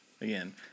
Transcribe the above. again